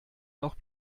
noch